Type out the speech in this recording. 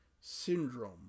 Syndrome